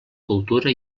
cultura